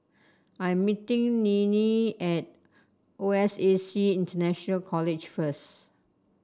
I am meeting Ninnie at O S A C International College first